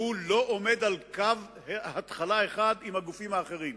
שהוא לא עומד על קו התחלה אחד עם הגופים האחרים.